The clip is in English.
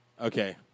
Okay